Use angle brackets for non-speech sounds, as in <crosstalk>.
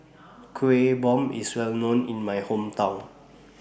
<noise> Kuih Bom IS Well known in My Hometown